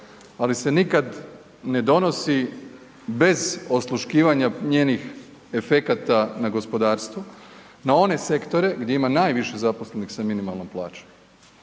ali se nikad ne donosi bez osluškivanja njenih efekata na gospodarstvo, na one sektore gdje ima najviše zaposlenih s minimalnom plaćom,